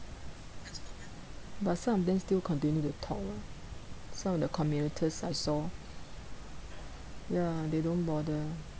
but some of them still continue to talk lah some of the commuters I saw ya they don't bother